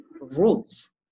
rules